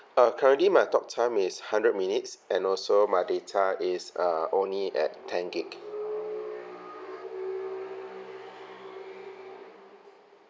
uh currently my talktime is hundred minutes and also my data is uh only at ten gig